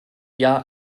jahr